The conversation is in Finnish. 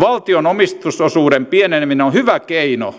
valtion omistusosuuden pieneneminen on hyvä keino